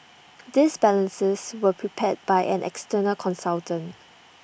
these balances were prepared by an external consultant